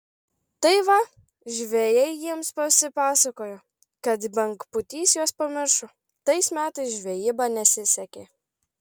tai va žvejai jiems pasipasakojo kad bangpūtys juos pamiršo tais metais žvejyba nesisekė